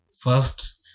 First